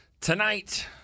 Tonight